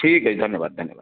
ଠିକ୍ ଅଛି ଧନ୍ୟବାଦ ଧନ୍ୟବାଦ